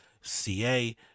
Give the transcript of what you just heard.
ca